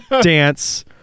dance